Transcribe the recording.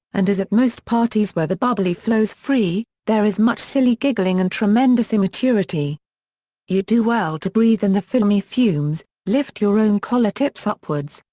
and as at most parties where the bubbly flows free, there is much silly giggling and tremendous immaturity you'd do well to breathe in and the filmi fumes, lift your own collar-tips upwards,